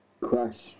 crash